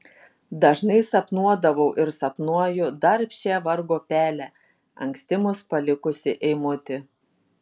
dažnai sapnuodavau ir sapnuoju darbščiąją vargo pelę anksti mus palikusį eimutį